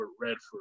Redford